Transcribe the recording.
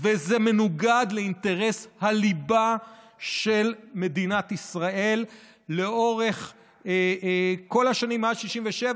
וזה מנוגד לאינטרס הליבה של מדינת ישראל לאורך כל השנים מאז 1967,